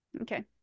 Okay